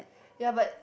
ya but